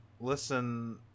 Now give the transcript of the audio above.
Listen